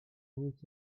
nic